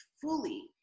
fully